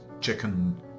chicken